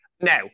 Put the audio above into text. Now